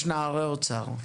יש נערי אוצר.